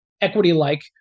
equity-like